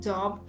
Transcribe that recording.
Job